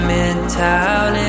Midtown